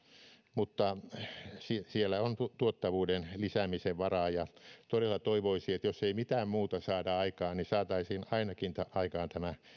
mutta siellä on tuottavuuden lisäämisen varaa todella toivoisin että jos ei mitään muuta saada aikaan niin saataisiin aikaan ainakin tämä